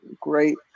great